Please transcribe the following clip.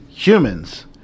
Humans